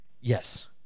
Yes